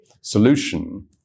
solution